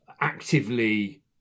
actively